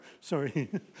sorry